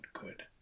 good